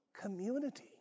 community